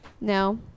No